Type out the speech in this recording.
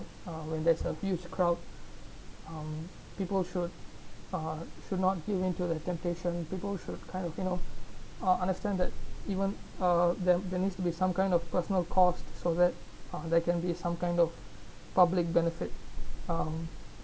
uh when that's a huge crowd um people should uh should not given to the temptation people should kind of you know uh understand that even uh the~ there needs to be some kind of personal cost so that there can be some kind of public benefit um